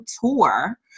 Tour